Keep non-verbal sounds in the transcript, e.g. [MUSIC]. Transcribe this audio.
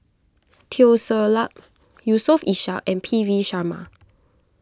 [NOISE] Teo Ser Luck [NOISE] Yusof Ishak and P V Sharma